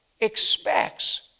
expects